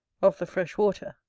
of the fresh water.